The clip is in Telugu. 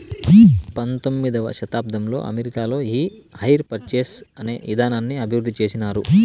పంతొమ్మిదవ శతాబ్దంలో అమెరికాలో ఈ హైర్ పర్చేస్ అనే ఇదానాన్ని అభివృద్ధి చేసినారు